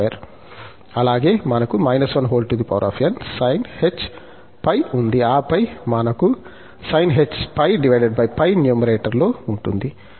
అలాగే మనకు −1n sinh π ఉంది ఆపై మనకు sinh π π న్యూమరేటర్లో ఉంటుంది